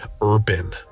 Urban